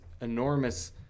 enormous